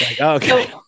Okay